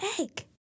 egg